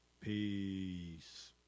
Peace